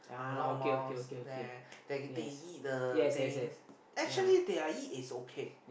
a lot mouse there they they eat the thing actually they are eat is okay